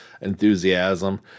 enthusiasm